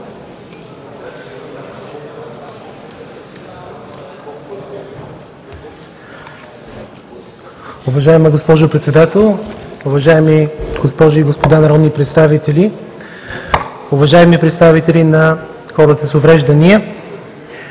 Уважаема госпожо Председател, уважаеми госпожи и господа народни представители, уважаеми представители на хората с увреждания!